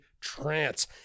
trance